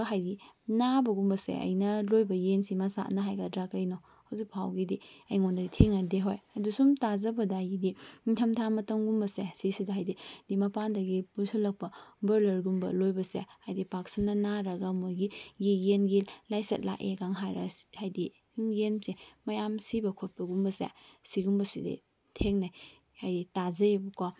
ꯍꯥꯏꯗꯤ ꯅꯕꯒꯨꯝꯕꯁꯦ ꯑꯩꯅ ꯂꯣꯏꯕ ꯌꯦꯟꯁꯤ ꯃꯁꯥꯅ ꯍꯥꯏꯒꯗ꯭ꯔ ꯀꯩꯅꯣ ꯍꯧꯖꯤꯛꯐꯥꯎꯕꯒꯤꯗꯤ ꯑꯩꯒꯣꯟꯗꯗꯤ ꯊꯦꯡꯅꯗꯦ ꯍꯣꯏ ꯑꯗꯨ ꯁꯨꯝ ꯇꯥꯖꯕꯗ ꯑꯩꯒꯤꯗꯤ ꯅꯤꯡꯊꯝꯊꯥ ꯃꯇꯝꯒꯨꯝꯕꯁꯦ ꯁꯤꯁꯤꯗ ꯍꯥꯏꯕꯗꯤ ꯃꯄꯥꯟꯗꯒꯤ ꯄꯨꯁꯤꯜꯂꯛꯄ ꯕ꯭ꯔꯣꯏꯂꯔꯒꯨꯝꯕ ꯂꯣꯏꯕꯁꯦ ꯍꯥꯏꯕꯗꯤ ꯄꯥꯛꯁꯟꯅ ꯅꯔꯒ ꯃꯣꯏꯒꯤ ꯌꯦꯟꯒꯤ ꯂꯥꯏꯆꯠ ꯂꯥꯛꯑꯦꯒ ꯍꯥꯏꯔꯒ ꯍꯥꯏꯕꯗꯤ ꯁꯨꯝ ꯌꯦꯟꯁꯦ ꯃꯌꯥꯝ ꯁꯤꯕ ꯈꯣꯠꯄꯒꯨꯝꯕꯁꯦ ꯁꯤꯒꯨꯝꯕꯁꯤꯗꯤ ꯊꯦꯡꯅꯩ ꯍꯥꯏꯕꯗꯤ ꯇꯥꯖꯩꯑꯕꯀꯣ